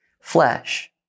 flesh